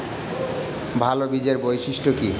ভাল বীজের বৈশিষ্ট্য কী?